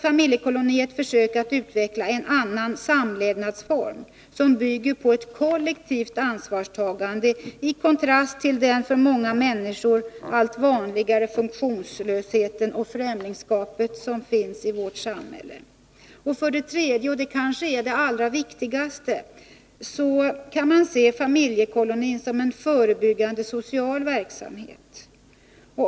Familjekolonin som ett försök att utveckla en annan samlevnadsform, som bygger på kollektivt ansvarstagande i kontrast till den för många människor allt vanligare funktionslösheten och främlingskapet i samhället. 3. Det kanske allra viktigaste är att man kan se familjekolonin som en förebyggande social verksamhet.